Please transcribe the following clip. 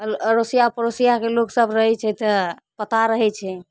अरोसिया पड़ोसियाके लोक सब रहै छै तऽ पता रहै छै